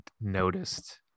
noticed